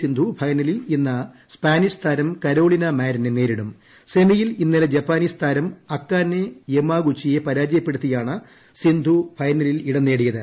സിന്ധു ഫൈനലിൽ ഇന്ന് സ്പാനിഷ് താരം കരോളിയു് മാരിനെ നേരിടും സെമിയിൽ ഇന്നലെ ജാപ്പനീസ് താരം അക്കാ്നെ യമാഗുച്ചിയെ പരാജയപ്പെടുത്തിയാണ് സിന്ധു ഫൈനലിൽ ഇടം നേടിയത്